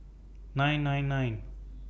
nine nine nine